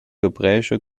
hebräische